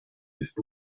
ist